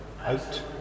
out